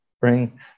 bring